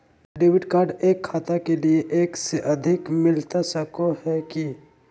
Debit card एक खाता के लिए एक से अधिक मिलता सको है की?